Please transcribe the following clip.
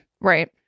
Right